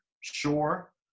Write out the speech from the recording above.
Sure